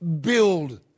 build